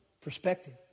perspective